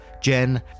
Jen